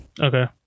okay